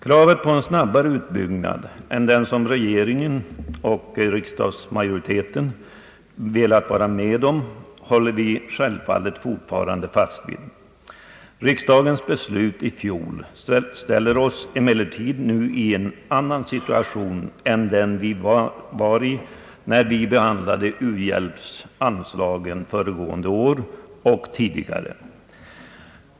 Kravet på en snabbare utbyggnad än den som regeringen och riksdagsmajoriteten velat vara med om håller vi självfallet fortfarande fast vid. Riksdagens beslut i fjol ställer oss emellertid nu i en annan situation än den vi befann oss i när vi behandlade u-hjälpsanslagen föregående år och tidigare.